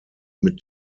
mit